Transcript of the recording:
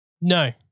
no